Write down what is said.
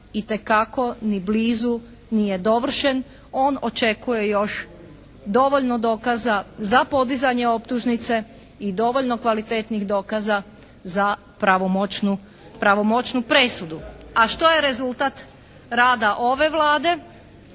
itekako ni blizu nije dovršen, on očekuje još dovoljno dokaza za podizanje optužnice i dovoljno kvalitetnih dokaza za pravomoćnu presudu. A što je rezultat rada ove Vlade